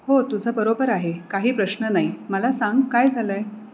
हो तुझं बरोबर आहे काही प्रश्न नाही मला सांग काय झालं आहे